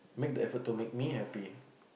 make the effort to make me happy